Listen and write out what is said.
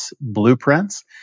blueprints